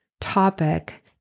topic